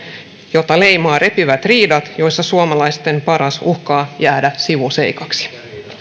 jota leimaavat repivät riidat joissa suomalaisten paras uhkaa jäädä sivuseikaksi